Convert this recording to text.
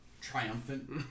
triumphant